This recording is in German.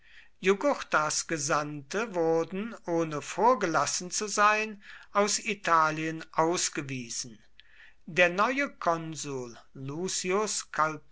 jugurthas gesandte wurden ohne vorgelassen zu sein aus italien ausgewiesen der neue konsul